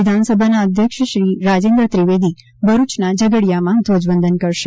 વિધાનસભાના અધ્યક્ષ શ્રી રાજેન્દ્ર ત્રિવેદી ભરૂચના ઝઘડીયામાં ધ્વજવંદન કરશે